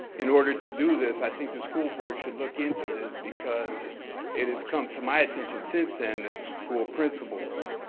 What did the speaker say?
in order to do this, i think the school board should look into this, because it has come to my attention since then that school principals,